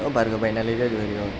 ભાર્ગવભાઈના લીધે જ વઈ ગયો